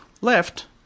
left